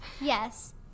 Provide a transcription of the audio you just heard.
Yes